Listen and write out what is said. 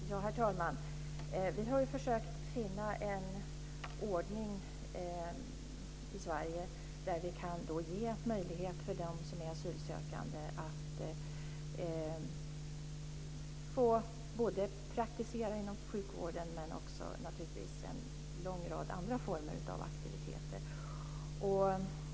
Herr talman! Vi har försökt finna en ordning i Sverige där vi kan ge möjlighet för dem som är asylsökande att få praktisera inom sjukvården, men naturligtvis också en lång rad andra former av aktiviteter.